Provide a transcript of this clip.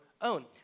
own